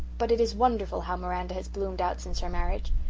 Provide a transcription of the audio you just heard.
but it is wonderful how miranda has bloomed out since her marriage.